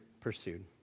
pursued